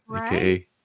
aka